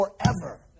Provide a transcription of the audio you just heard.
forever